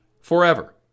forever